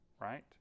right